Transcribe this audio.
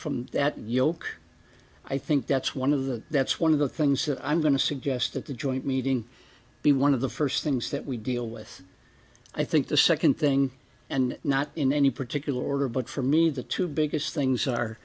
from that yoke i think that's one of the that's one of the things that i'm going to suggest that the joint meeting be one of the first things that we deal with i think the second thing and not in any particular order but for me the two biggest things are